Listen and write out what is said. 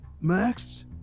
Max